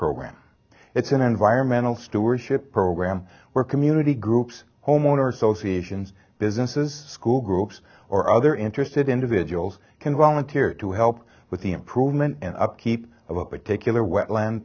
program it's an environmental stewardship program where community groups homeowners associations businesses school groups or other interested individuals can volunteer to help with the improvement and upkeep of a particular wetland